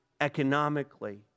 economically